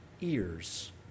ears